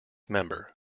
member